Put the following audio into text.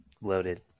loaded